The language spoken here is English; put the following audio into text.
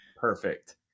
perfect